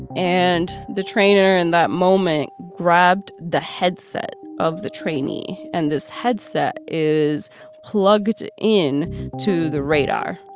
and the trainer in that moment grabbed the headset of the trainee. and this headset is plugged in to the radar.